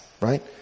Right